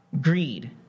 greed